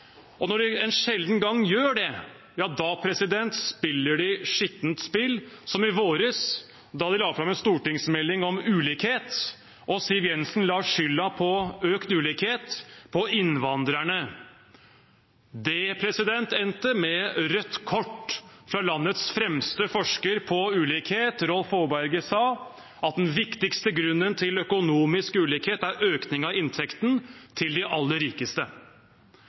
Og når de en sjelden gang gjør det, spiller de skittent spill, som i vår da de la fram en stortingsmelding om ulikhet, og Siv Jensen la skylden for økt ulikhet på innvandrerne. Det endte med rødt kort fra landets fremste forsker på ulikhet, Rolf Aaberge, som sa at den viktigste grunnen til økonomisk ulikhet er økningen i inntekten til de aller rikeste.